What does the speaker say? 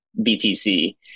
BTC